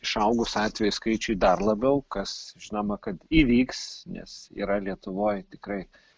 išaugus atvejų skaičiui dar labiau kas žinoma kad įvyks nes yra lietuvoj tikrai